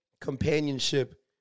companionship